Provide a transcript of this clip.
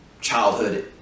childhood